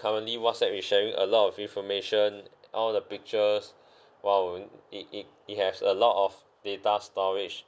currently whatsapp is sharing a lot of information all the pictures !wow! it it it has a lot of data storage